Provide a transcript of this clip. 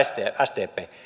sdp